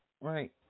Right